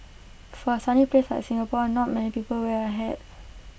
for A sunny place like Singapore not many people wear A hat